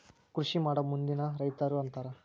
ಕೃಷಿಮಾಡೊ ಮಂದಿನ ರೈತರು ಅಂತಾರ